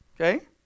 Okay